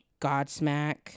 Godsmack